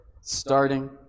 starting